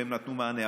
והם נתנו מענה,